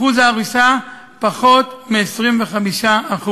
אחוז ההריסה פחות מ-25%.